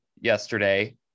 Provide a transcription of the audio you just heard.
yesterday